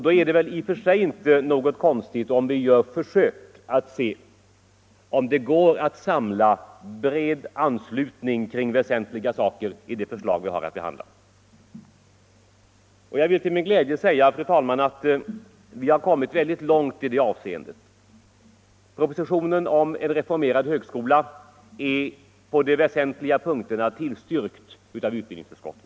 Då är det inte så konstigt att vi i utskottet försöker få en bred uppslutning kring väsentliga punkter i de förslag vi har att behandla. Jag kan till min glädje säga att vi har kommit långt i det avseendet. Propositionen om reformering av högskoleutbildningen har på de flesta punkterna och i allt väsentligt tillstyrkts av utbildningsutskottet.